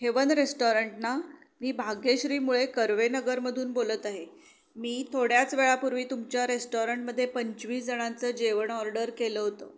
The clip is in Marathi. हेवन रेस्टॉरंट ना मी भाग्यश्री मुळे कर्वेनगरमधून बोलत आहे मी थोड्याच वेळापूर्वी तुमच्या रेस्टॉरंटमध्ये पंचवीस जणांचं जेवण ऑर्डर केलं होतं